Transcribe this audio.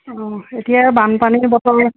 অঁ এতিয়া বানপানীৰ বতৰ